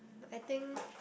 I think